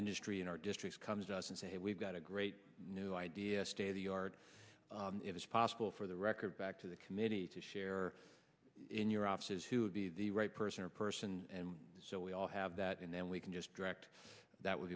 industry in our district comes to us and say we've got a great new idea stay the yard if it's possible for the record back to the committee to share in your op says who would be the right person or person and so we all have that and then we can just direct that would